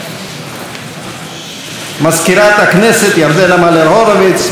מזכירת הכנסת ירדנה מלר-הורוביץ,